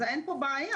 אז אין פה בעיה,